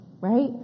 Right